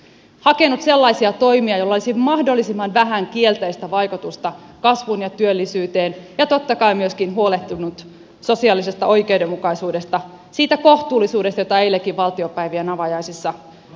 hakenut sellaisia toimia joilla olisi mahdollisimman vähän kielteistä vaikutusta kasvuun ja työllisyyteen ja totta kai myöskin huolehtinut sosiaalisesta oikeudenmukaisuudesta siitä kohtuullisuudesta josta eilenkin valtiopäivien avajaisissa puhuttiin